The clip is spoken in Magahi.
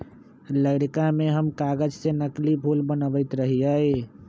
लइरका में हम कागज से नकली फूल बनबैत रहियइ